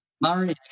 Murray